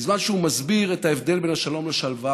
בזמן שהוא מסביר את ההבדל בין שלום לשלווה,